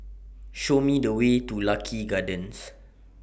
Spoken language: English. Show Me The Way to Lucky Gardens